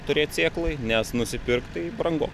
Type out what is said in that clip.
turėt sėklai nes nusipirkt tai brangu